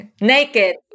Naked